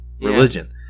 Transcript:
religion